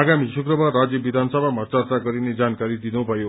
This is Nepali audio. आगामी शुक्कबार राज्य विधानसभामा चर्चा गरिने जानकारी दिनुभयो